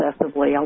excessively